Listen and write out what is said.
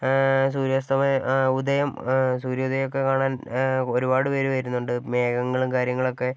സൂര്യാസ്തമയം ഉദയം സൂര്യോദയം ഒക്കെ കാണാൻ ഒരുപാട് പേർ വരുന്നുണ്ട് മേഘങ്ങളും കാര്യങ്ങളും ഒക്കെ